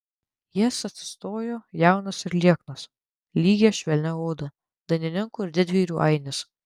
jis atsistojo jaunas ir lieknas lygia švelnia oda dainininkų ir didvyrių ainis